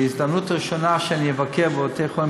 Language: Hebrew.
בהזדמנות הראשונה שאני אבקר בבתי חולים